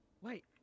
wait